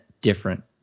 different